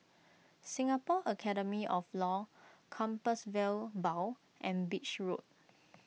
Singapore Academy of Law Compassvale Bow and Beach Road